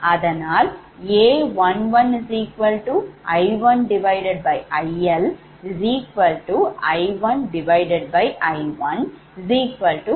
அதனால் A11 𝐼1𝐼L 𝐼1𝐼1 1